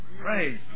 Praise